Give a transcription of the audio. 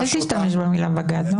אל תשתמש במילה בגד.